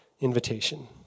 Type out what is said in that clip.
invitation